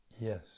yes